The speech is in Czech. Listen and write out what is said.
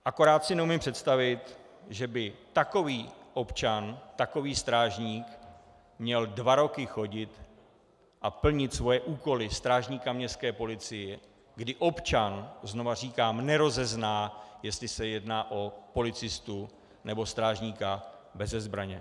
Akorát si neumím představit, že by takový občan, takový strážník měl dva roky chodit a plnit svoje úkoly strážníka městské policie, kdy občan, znovu říkám, nerozezná, jestli se jedná o policistu, nebo strážníka beze zbraně.